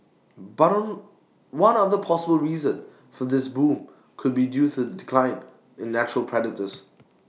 but one other possible reason for this boom could be due to the decline in natural predators